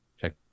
Check